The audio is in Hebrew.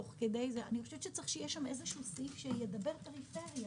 אני חושבת שיהיה שם איזשהו סעיף שידבר פריפריה.